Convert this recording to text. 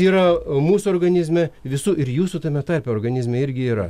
yra mūsų organizme visų ir jūsų tame tarpe organizme irgi yra